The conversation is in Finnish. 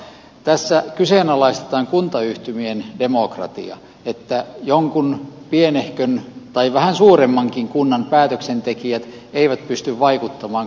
tässä kyseenalaistetaan kuntayhtymien demokratia että jonkun pienehkön tai vähän suuremmankin kunnan päätöksentekijät eivät pysty vaikuttamaan kuntayhtymän päätöksiin